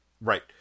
Right